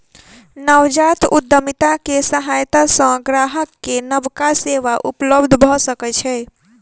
नवजात उद्यमिता के सहायता सॅ ग्राहक के नबका सेवा उपलब्ध भ सकै छै